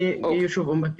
כמובן,